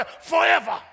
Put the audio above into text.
forever